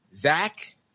Zach